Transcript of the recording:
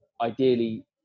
Ideally